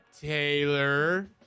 Taylor